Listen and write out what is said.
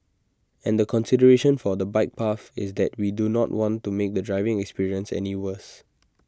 and the consideration for the bike path is that we do not want to make the driving experience any worse